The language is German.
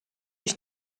ich